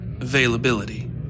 availability